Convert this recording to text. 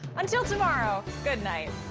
until tomorrow, good night.